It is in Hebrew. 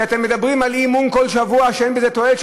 שאתם מדברים על אי-אמון כל שבוע שאין בזה תועלת?